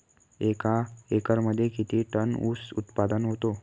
एका एकरमध्ये किती टन ऊस उत्पादन होतो?